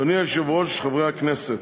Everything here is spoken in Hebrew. אדוני היושב-ראש, חברי הכנסת,